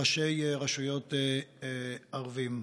ראשי רשויות ערבים.